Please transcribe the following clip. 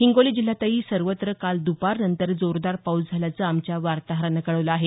हिंगोली जिल्ह्यातही सर्वत्र काल दुपारनंतर जोरदार पाऊस झाल्याचं आमच्या वार्ताहरानं कळवलं आहे